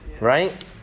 right